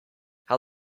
how